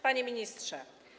Panie Ministrze!